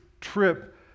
trip